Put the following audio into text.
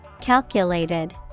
Calculated